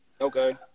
Okay